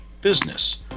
business